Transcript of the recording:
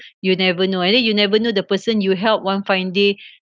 you'll never know and then you never know the person you help one fine day